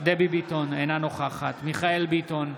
דבי ביטון, אינה נוכחת מיכאל מרדכי ביטון,